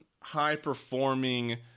high-performing